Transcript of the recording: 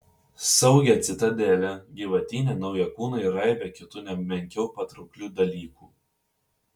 saugią citadelę gyvatyne naują kūną ir aibę kitų ne menkiau patrauklių dalykų